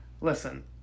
listen